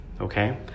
okay